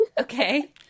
Okay